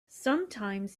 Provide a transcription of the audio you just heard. sometimes